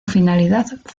finalidad